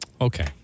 Okay